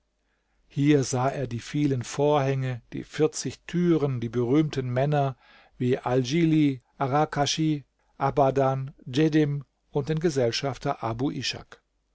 hier sah er die vielen vorhänge die vierzig türen die berühmten männer wie alidjli arrakaschi abadan djedim und den gesellschafter abu